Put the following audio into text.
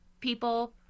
people